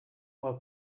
while